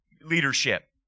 leadership